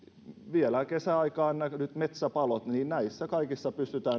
vielä kesäaikaan nähdyissä metsäpaloissa näissä kaikissa pystytään